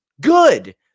Good